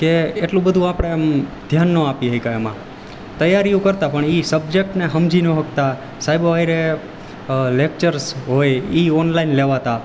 કે એટલું બધું આપણે આમ ધ્યાન ન આપી શક્યા એમાં તૈયારીઓ કરતાં પણ ઈ સબ્જેક્ટને સમજી ન શકતા સાહેબો સાથે લેક્ચર્સ હોય ઈ ઓનલાઈન લેવાતાં